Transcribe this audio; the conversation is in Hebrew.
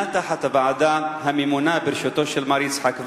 תחת הוועדה הממונה בראשותו של מר יצחק ולד,